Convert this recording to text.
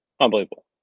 unbelievable